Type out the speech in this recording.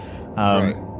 Right